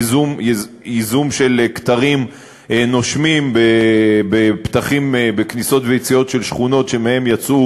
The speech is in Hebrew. ואם ייזום של "כתרים נושמים" בכניסות וביציאות של שכונות שמהן יצאו